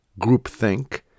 groupthink